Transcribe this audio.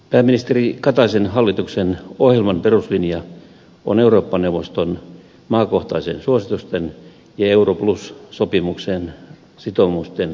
pääministeri kataisen hallituksen ohjelman peruslinja on eurooppa neuvoston maakohtaisten suositusten ja euro plus sopimuksen sitoumusten mukainen